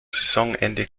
saisonende